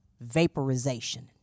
vaporization